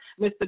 Mr